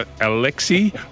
Alexei